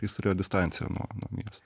jis turėjo distanciją nuo miesto